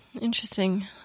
Interesting